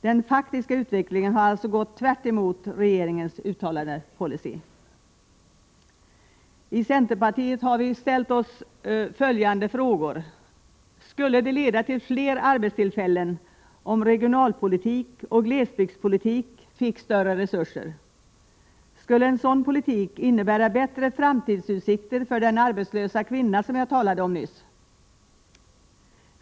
Den faktiska utvecklingen har alltså gått tvärt emot regeringens uttalade policy. I centerpartiet har vi ställt oss följande frågor: Skulle det leda till fler arbetstillfällen om regionalpolitik och glesbygdspolitik fick större resurser? Skulle en sådan politik innebära bättre framtidsutsikter för den arbetslösa kvinna som jag nyss talade om?